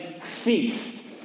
feast